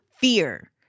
fear